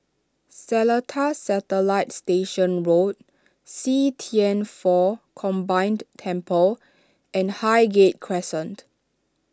Seletar Satellite Station Road See Thian Foh Combined Temple and Highgate Crescent